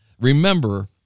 Remember